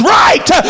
right